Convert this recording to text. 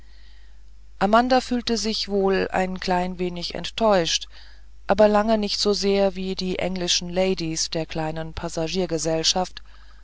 amanda fühlte sich wohl ein klein wenig enttäuscht aber lange nicht so sehr wie die englischen ladies der kleinen